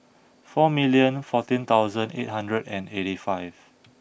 four million fourteen thousand eight hundred and eighty five